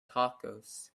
tacos